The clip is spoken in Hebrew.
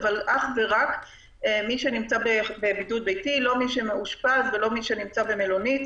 אבל אך ורק מי שנמצא בבידוד ביתי ולא מי שמאושפז ולא מי שנמצא במלונית.